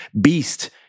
Beast